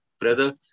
brother